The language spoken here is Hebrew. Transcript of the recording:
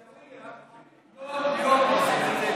בעיסאוויה כל יום עושים את זה,